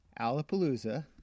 Alapalooza